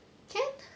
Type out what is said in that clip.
okay